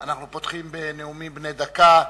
אנחנו פותחים בנאומים בני דקה.